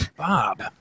Bob